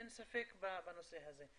אין ספק בנושא הזה,